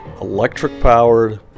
electric-powered